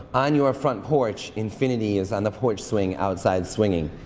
on your front porch infinity is on the porch swing outside swinging.